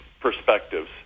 perspectives